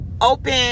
open